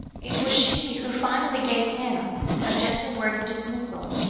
it was she who finally gave him a gentle word of dismissal,